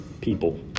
people